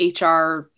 HR